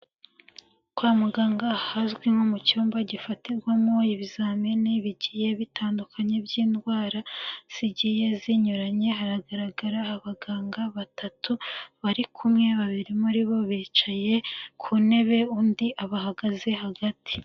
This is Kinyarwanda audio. Kwa muganga ahazwi nko mu cyumba gifatirwamo ibizamini bigiye bitandukanye by'indwara zigiye zinyuranye, hagaragara abaganga batatu bari kumwe, babiri muri bo bicaye ku ntebe, undi abahagaze hagati.